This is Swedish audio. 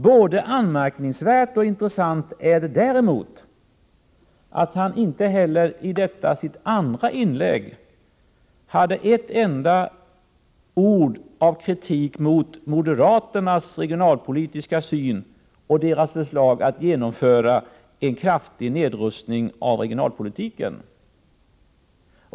Både anmärkningsvärt och intressant är det däremot att Per-Ola Eriksson inte heller i sitt andra inlägg hade ett enda ord av kritik mot moderaternas regionalpolitiska syn och deras förslag att genomföra en kraftig nedrustning av regionalpolitiken.